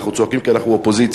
אנחנו צועקים כי אנחנו באופוזיציה,